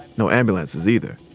no ambulances either.